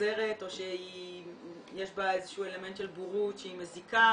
עוזרת או שיש בה אלמנט של בורות, שהיא מזיקה,